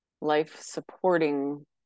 life-supporting